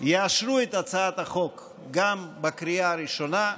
יאשרו את הצעת החוק גם בקריאה הראשונה,